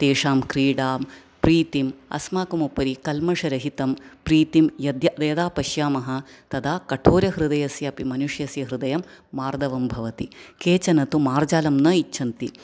तेषां क्रीडां प्रीतिम् अस्माकम् उपरि कल्मषरहितं प्रीतिं यद्य यदा पश्यामः तदा कठोरहृदयस्यापि मनुष्यस्य हृदयं मार्दवं भवति केचन तु मार्जालं न इच्छन्ति